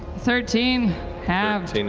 thirteen halved.